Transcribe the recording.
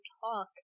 talk